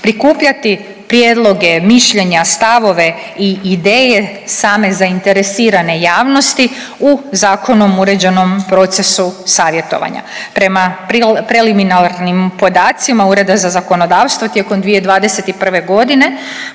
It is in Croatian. prikupljati prijedloge, mišljenja, stavove i ideje same zainteresirane javnosti u zakonom uređenom procesu savjetovanja. Prema preliminarnim podacima Ureda za zakonodavstvo tijekom 2021. godine